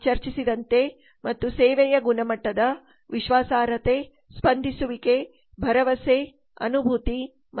ನಾವು ಚರ್ಚಿಸಿದಂತೆ ಮತ್ತು ಸೇವೆಯ ಗುಣಮಟ್ಟದ ವಿಶ್ವಾಸಾರ್ಹತೆ ಸ್ಪಂದಿಸುವಿಕೆ ಭರವಸೆ ಅನುಭೂತಿ ಮತ್ತು ಸ್ಪಷ್ಟವಾದ ಈ ಆಯಾಮಗಳು